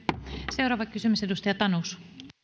seuraava kysymys edustaja tanus